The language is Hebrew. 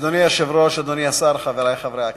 אדוני היושב-ראש, אדוני השר, חברי חברי הכנסת,